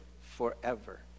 forever